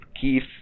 Keith